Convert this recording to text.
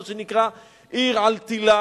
מה שנקרא "עיר על תלה"